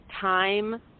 time